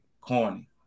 corny